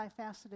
multifaceted